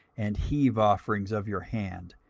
and heave offerings of your hand,